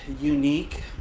unique